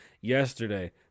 yesterday